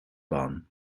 barn